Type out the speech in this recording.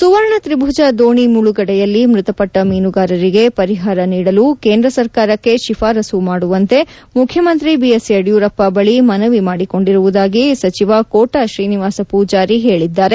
ಸುವರ್ಣ ತ್ರಿಭುಜ ದೋಣಿ ಮುಳುಗಡೆಯಲ್ಲಿ ಮೃತಪಟ್ಟ ಮೀನುಗಾರರಿಗೆ ಪರಿಹಾರ ನೀಡಲು ಕೇಂದ್ರ ಸರ್ಕಾರಕ್ಕೆ ಶಿಫಾರಸು ಮಾಡುವಂತೆ ಮುಖ್ಯಮಂತ್ರಿ ಬಿಎಸ್ ಯಡಿಯೂರಪ್ಪ ಬಳಿ ಮನವಿ ಮಾಡಿಕೊಂಡಿರುವುದಾಗಿ ಸಚಿವ ಕೋಟಾ ಶ್ರೀನಿವಾಸ ಪೂಜಾರಿ ಹೇಳಿದ್ದಾರೆ